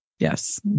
Yes